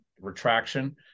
retraction